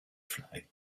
flag